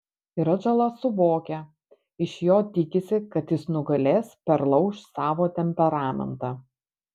ir atžala suvokia iš jo tikisi kad jis nugalės perlauš savo temperamentą